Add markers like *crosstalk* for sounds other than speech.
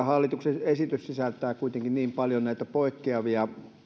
*unintelligible* hallituksen esitys sisältää kuitenkin niin paljon näitä poikkeavia